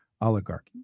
oligarchy